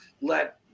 Let